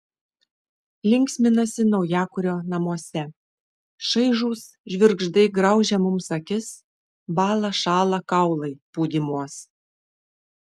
linksminasi naujakurio namuose šaižūs žvirgždai graužia mums akis bąla šąla kaulai pūdymuos